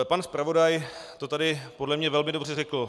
Pan zpravodaj to tady podle mě velmi dobře řekl.